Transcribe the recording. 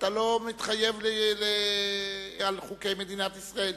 אתה לא מתחייב על חוקי מדינת ישראל.